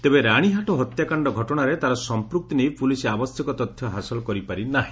ତେବେ ରାଣୀହାଟ ହତ୍ୟାକାଣ୍ଡ ଘଟଣାରେ ତା'ର ସମ୍ମୂକ୍ତି ନେଇ ପୁଲିସ ଆବଶ୍ୟକ ତଥ୍ୟ ହାସଲ କରିପାରିନାହି